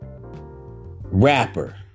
rapper